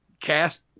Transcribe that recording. cast